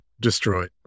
destroyed